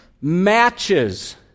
matches